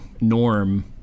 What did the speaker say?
norm